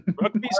Rookies